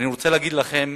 אני רוצה לומר לכם,